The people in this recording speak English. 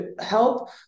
help